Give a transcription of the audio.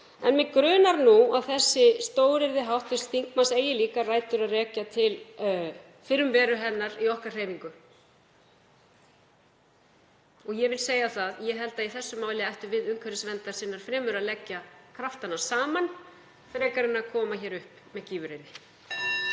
En mig grunar nú að þessi stóryrði hv. þingmanns eigi líka rætur að rekja til fyrrum veru hennar í okkar hreyfingu. Og ég vil segja það að ég held að í þessu máli ættum við umhverfisverndarsinnar fremur að leggja kraftana saman en að koma hér upp með gífuryrði.